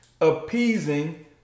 appeasing